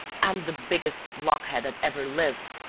i'm the biggest blockhead that ever lived!